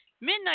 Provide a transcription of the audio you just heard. Midnight